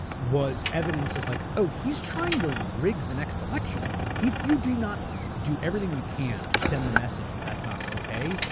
was evidence that like, oh, he's trying to rig the next election. if you do not do everything you can to send the message that that's not okay,